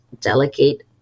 delegate